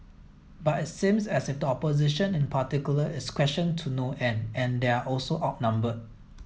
but it seems as if opposition in particular is questioned to no end and they're also outnumbered